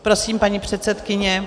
Prosím, paní předsedkyně.